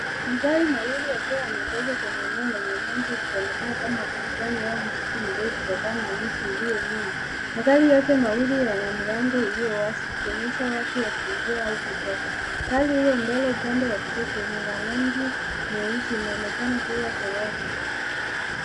Magari mawili yakiwa yamegezwa kwenye eneo la nyasi ikionekana kama bustani au msitu mdogo kutokana na miti iliyo nyuma . Magari yote mawili yana milango iliyowazi ikionyesha watu wakiingia au wakitoka. Gari hilo mbele upande wa kushoto ni la rangi nyeusi na inaonekana kuwa toyota.